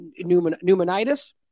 pneumonitis